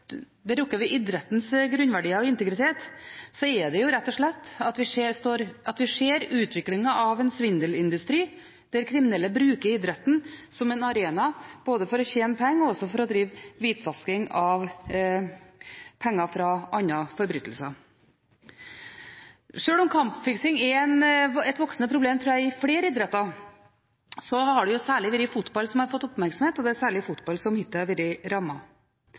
idrettens grunnverdier og integritet, er det at vi rett og slett ser utviklingen av en svindelindustri der kriminelle bruker idretten som en arena både for å tjene penger og for å drive hvitvasking av penger fra andre forbrytelser. Sjøl om kampfiksing er et voksende problem – tror jeg – i flere idretter, har det særlig vært fotball som har fått oppmerksomhet, og det er særlig fotball som hittil har vært